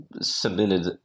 submitted